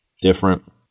Different